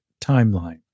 timeline